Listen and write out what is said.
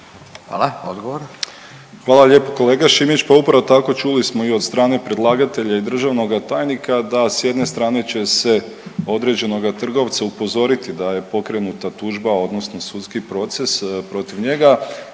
Nikola (HDZ)** Hvala lijepo kolega Šimić. Pa upravo tako, čuli smo i od strane predlagatelja i državnoga tajnika da s jedne strane će se određenoga trgovca upozoriti da je pokrenuta tužba, odnosno sudski proces protiv njega.